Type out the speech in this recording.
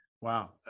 Wow